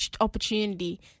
opportunity